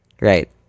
Right